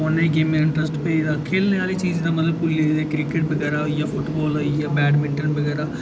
फोनै च गेमां दा इंटरैस्ट पेई दा खेढने आह्ली चीज दा मतलब क्रिकेट बगैरा होई गेआ फुटबाल होई गेआ बैडमिंटन ते बगैरा